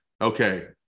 okay